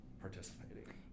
participating